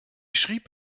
schrieb